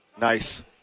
Nice